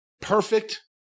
perfect